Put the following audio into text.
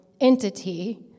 entity